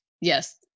Yes